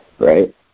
right